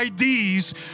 IDs